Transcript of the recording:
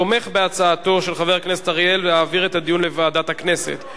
תומך בהצעתו של חבר הכנסת אריאל להעביר את הדיון לוועדת הכנסת,